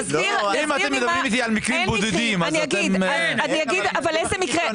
אם אתם מדברים על מקרים בודדים אז אתם --- אין מקרים.